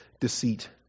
deceit